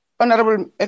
Honourable